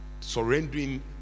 Surrendering